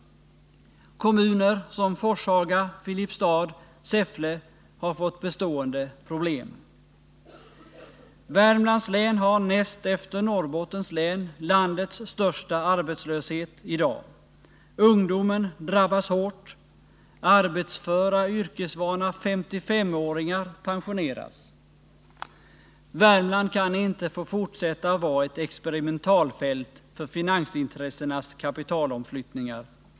Kommuner som Forshaga, Filipstad och Säffle har fått bestående problem. Värmlands län har näst efter Norrbottens län landets största arbetslöshet i dag. Ungdomen drabbas hårt, och arbetsföra, yrkesvana 55-åringar pensioneras. Värmland kan inte få fortsätta att vara ett experimentalfält för finansintressenas kapitalomflyttningar.